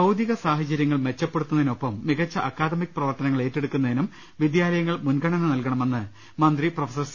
ഭൌതിക സാഹചര്യങ്ങൾ മെച്ചപ്പെടുത്തുന്നതിനൊപ്പം മികച്ച അക്കാദ മിക് പ്രവർത്തനങ്ങൾ ഏറ്റെടുക്കുന്നതിനും വിദ്യാലയങ്ങൾ മൂൻഗണന നൽകണ മെന്ന് മന്ത്രി പ്രൊഫസർ സി